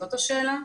זאת השאלה?